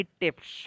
tips